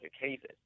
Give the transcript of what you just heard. cases